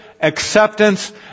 acceptance